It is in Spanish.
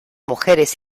mujeres